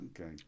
okay